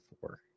four